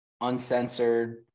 uncensored